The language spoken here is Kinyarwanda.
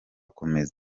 komeza